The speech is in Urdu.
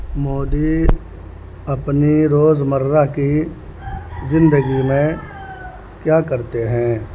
مودی اپنی روزمرہ کی زندگی میں کیا کرتے ہیں